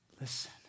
listen